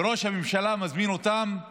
וראש הממשלה מזמין אותם לישיבה.